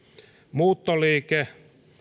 muuttoliike